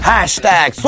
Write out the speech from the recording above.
Hashtag